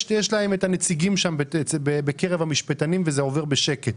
יש להם את הנציגים שלהם בקרב המשפטנים וזה עובר בשקט.